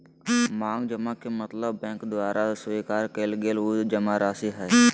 मांग जमा के मतलब बैंक द्वारा स्वीकार कइल गल उ जमाराशि हइ